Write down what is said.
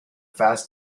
fast